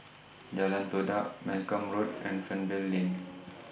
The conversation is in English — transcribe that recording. Jalan Todak Malcolm Road and Fernvale Lane